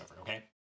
okay